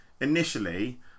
initially